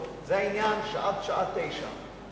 זה העניין שעד שעה 21:00,